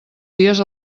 dies